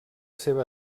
seva